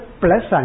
plus